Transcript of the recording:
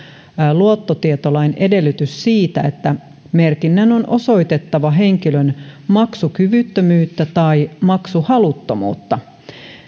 luottotietolain edellytys siitä että merkinnän on osoitettava henkilön maksukyvyttömyyttä tai maksuhaluttomuutta